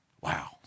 Wow